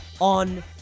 on